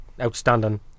outstanding